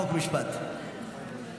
חוק ומשפט נתקבלה.